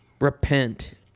repent